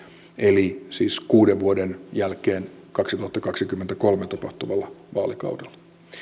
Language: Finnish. eli kuuden vuoden jälkeen kaksituhattakaksikymmentäkolme tapahtuvalla vaalikaudella